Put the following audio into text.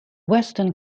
western